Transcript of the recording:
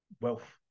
wealth